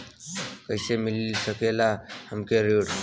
कइसे मिल सकेला हमके ऋण?